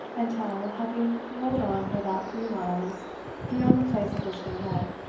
until, having rolled on for about three miles beyond the place at which they met,